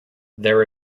there